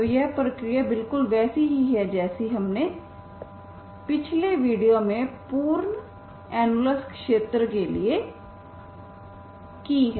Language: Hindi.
तो यह प्रक्रिया बिल्कुल वैसी ही है जैसी हमने पिछले वीडियो में पूर्ण अनुलेंस क्षेत्र के लिए की है